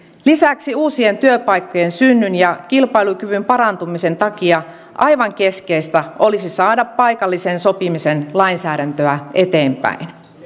lisäksi uusien työpaikkojen synnyn ja kilpailukyvyn parantumisen takia aivan keskeistä olisi saada paikallisen sopimisen lainsäädäntöä eteenpäin